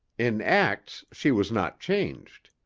in acts she was not changed.